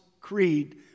Creed